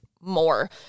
more